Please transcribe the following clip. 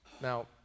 Now